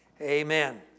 amen